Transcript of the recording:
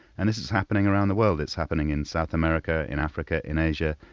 and this is happening around the world. it's happening in south america, in africa, in asia.